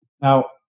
Now